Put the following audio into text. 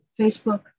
Facebook